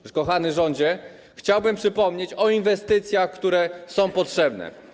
Nasz kochany rządzie, chciałbym przypomnieć o inwestycjach, które są potrzebne.